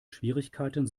schwierigkeiten